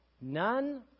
None